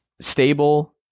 stable